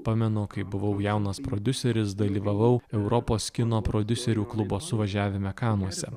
pamenu kai buvau jaunas prodiuseris dalyvavau europos kino prodiuserių klubo suvažiavime kanuose